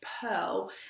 pearl